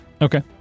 Okay